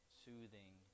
soothing